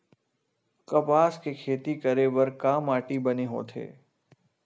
कपास के खेती करे बर का माटी बने होथे?